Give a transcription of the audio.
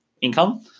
income